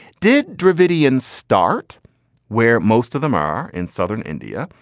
did dravidian start where most of them are in southern india?